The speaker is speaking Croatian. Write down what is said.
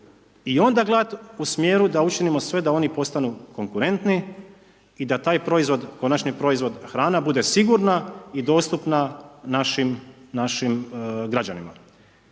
i onda gledati u smjeru da učinimo sve da oni postanu konkurentni i da taj proizvod, konačni proizvod, hrana bude sigurna i dostupna našim građanima.